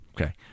Okay